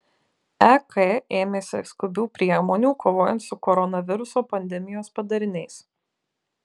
ek ėmėsi skubių priemonių kovojant su koronaviruso pandemijos padariniais